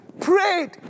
prayed